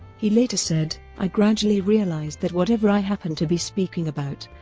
he later said i gradually realised that whatever i happened to be speaking about,